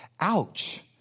ouch